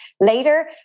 later